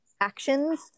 actions